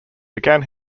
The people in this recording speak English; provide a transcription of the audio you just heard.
began